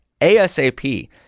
asap